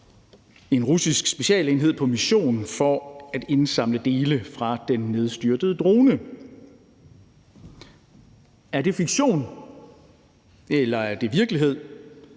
en russisk specialenhed på mission for at indsamle dele fra den nedstyrtede drone. Er det fiktion, eller er det virkelighed?